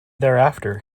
thereafter